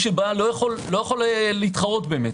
מי שבא, לא יכול להתחרות באמת.